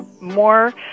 more